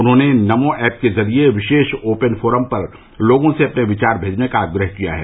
उन्होंने नमो ऐप के जरिये विशेष ओपन फोरम पर लोगों से अपने विचार भेजने का आप्रह किया है